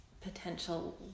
potential